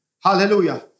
Hallelujah